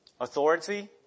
Authority